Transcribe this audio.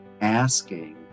asking